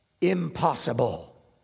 impossible